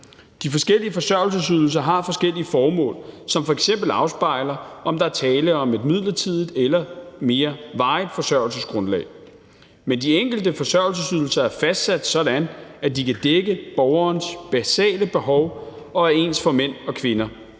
De forskellige forsørgelsesydelser har forskellige formål, som f.eks. afspejler, om der er tale om et midlertidigt eller mere varigt forsørgelsesgrundlag. Men de enkelte forsørgelsesydelser er fastsat sådan, at de kan dække borgerens basale behov, og de er ens for mænd og kvinder.